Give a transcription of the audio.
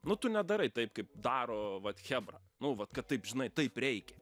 nu tu nedarai taip kaip daro vat chebra nu vat kad taip žinai taip reikia